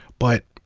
but